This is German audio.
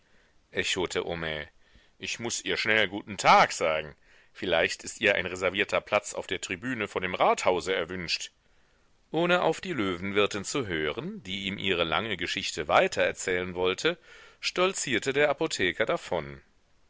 echote homais ich muß ihr schnell guten tag sagen vielleicht ist ihr ein reservierter platz auf der tribüne vor dem rathause erwünscht ohne auf die löwenwirtin zu hören die ihm ihre lange geschichte weitererzählen wollte stolzierte der apotheker davon